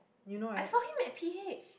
I saw him at P_H